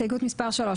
הסתייגות מספר 3,